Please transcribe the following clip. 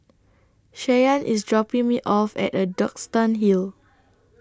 Shyann IS dropping Me off At A Duxton Hill